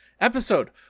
episode